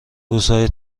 روزهای